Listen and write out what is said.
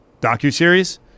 docuseries